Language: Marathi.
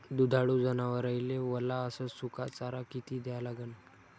दुधाळू जनावराइले वला अस सुका चारा किती द्या लागन?